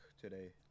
today